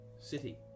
city